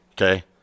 Okay